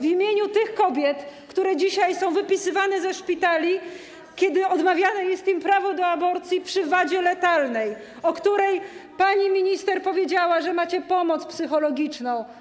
W imieniu tych kobiet, które dzisiaj są wypisywane ze szpitali, kiedy odmawiane jest im prawo do aborcji przy wadzie letalnej, o której pani minister powiedziała, że macie pomoc psychologiczną.